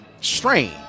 strange